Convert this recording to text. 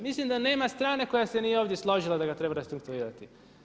Mislim da nema strane koja se nije ovdje složila da ga treba restrukturirati.